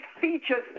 features